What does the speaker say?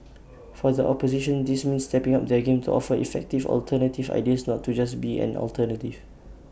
for the opposition this means stepping up their game to offer effective alternative ideas not to just be an alternative